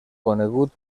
conegut